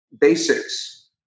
basics